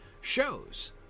shows